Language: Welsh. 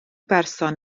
berson